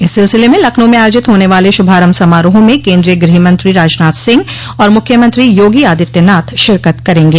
इस सिलसिले में लखनऊ में आयोजित होने वाले श्रभारम्भ समारोह में केन्द्रीय गृहमंत्री राजनाथ सिंह और मुख्यमंत्री योगी आदित्यनाथ शिरकत करेंगे